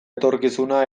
etorkizuna